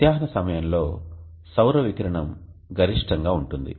మధ్యాహ్న సమయంలో సౌర వికిరణం గరిష్టంగా ఉంటుంది